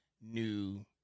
new